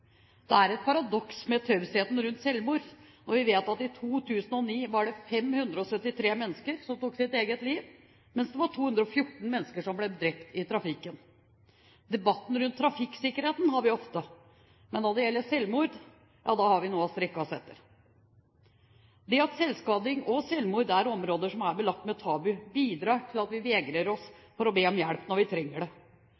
Det er et paradoks med tausheten rundt selvmord når vi vet at i 2009 var det 573 mennesker som tok sitt eget liv, mens det var 214 mennesker som ble drept i trafikken. Debatten rundt trafikksikkerheten har vi ofte, men når det gjelder selvmord, har vi noe å strekke oss etter. Det at selvskading og selvmord er områder som er belagt med tabu, bidrar til at vi vegrer oss